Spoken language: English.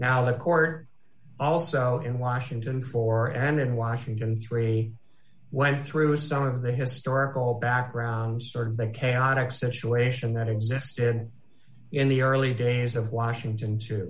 now the court also in washington for and in washington three went through some of the historical background sort of the chaotic situation that existed in the early days of washington to